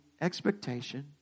expectation